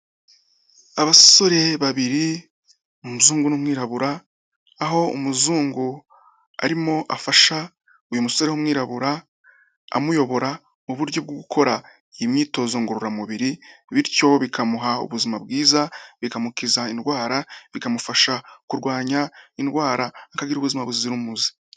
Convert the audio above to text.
Abasore babiri, umuzungu n'umwirabura, aho umuzungu arimo afasha uyu musore w'umwirabura amuyobora uburyo bwo gukora iyi myitozo ngororamubiri bityo bikamuha ubuzima bwiza bikamukiza indwara, bikamufasha kurwanya indwara akagira ubuzima buzira umuze.